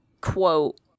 quote